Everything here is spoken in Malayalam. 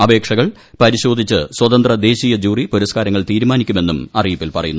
അപേക്ഷകൾ പരിശോധിച്ച് സ്വതന്ത ദേശീയ ജൂറി പുരസ്ക്കാരങ്ങൾ തീരുമാനിക്കുമെന്നും അറിയിപ്പിൽ പറയുന്നു